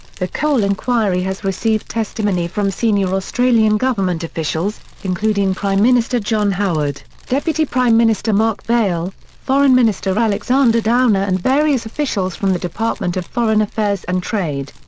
the cole inquiry has received testimony from senior australian government officials, including prime minister john howard, deputy prime minister mark vaile, foreign minister alexander downer and various officials from the department of foreign affairs and trade.